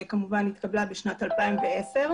כמובן התקבלה בשנת אלפיים ועשר.